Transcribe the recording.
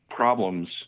problems